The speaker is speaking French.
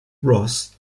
ross